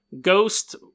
ghost